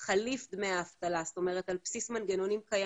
שאני חושבת שהסמכות של